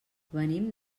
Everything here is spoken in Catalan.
venim